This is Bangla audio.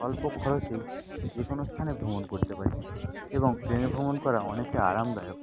স্বল্প খরচেই যে কোনও স্থানে ভ্রমণ করতে পারি এবং ট্রেনে ভ্রমণ করা অনেকটা আরামদায়ক